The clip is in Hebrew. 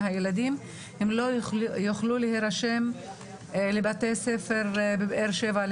הילדים לא יוכלו להירשם לבתי ספר בבאר שבע,